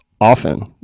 often